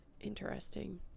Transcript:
Interesting